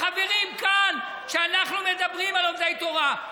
לחברים כאן, כשאנחנו מדברים על לומדי תורה.